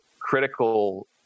critical